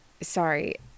Sorry